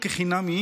תשלומים